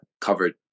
covered